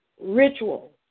ritual